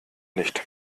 nicht